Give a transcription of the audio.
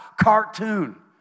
cartoon